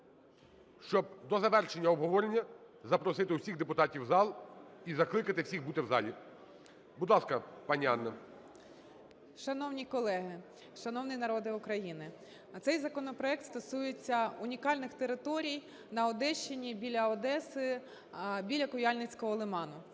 щоб до завершення обговорення запросити всіх депутатів в зал і закликати всіх бути в залі. Будь ласка, пані Анна. 10:41:04 РОМАНОВА А.А. Шановні колеги, шановний народе України! Цей законопроект стосується унікальних територій на Одещині, біля Одеси, біля Куяльницького лиману.